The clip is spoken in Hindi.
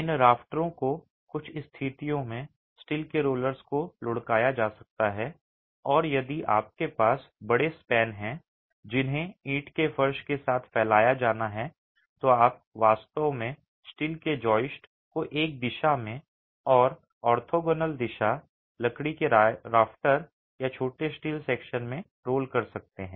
इन राफ्टरों को कुछ स्थितियों में स्टील के रोलर्स को लुढ़काया जा सकता है और यदि आपके पास बड़े स्पैन हैं जिन्हें ईंट के फर्श के साथ फैलाया जाना है तो आप वास्तव में स्टील के जॉइस्ट को एक दिशा में और ऑर्थोगोनल दिशा लकड़ी के राइटर या छोटे स्टील सेक्शन में रोल कर सकते हैं